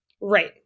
right